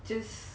just